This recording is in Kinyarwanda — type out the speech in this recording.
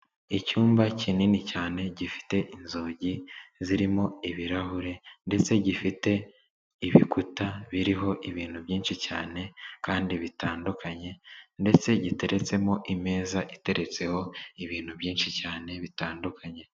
Icyumba kinini cyane, gifite inzugi zirimo ibirahure ndetse gifite ibikuta biriho ibintu byinshi cyane kandi bitandukanye ndetse giteretsemo imeza iteretseho ibintu byinshi cyane bitandukanye.